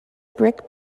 brick